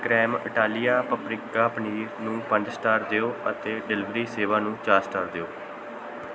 cream Italia paprika paneer ਨੂੰ ਪੰਜ star ਦਿਓ ਅਤੇ ਡਿਲੀਵਰੀ ਸੇਵਾ ਨੂੰ ਚਾਰ ਸਟਾਰ ਦਿਓ